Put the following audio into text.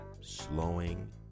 slowing